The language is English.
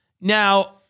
Now